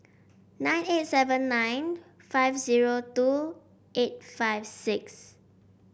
nine eight seven nine five zero two eight five six